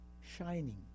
shining